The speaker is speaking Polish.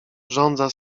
żądza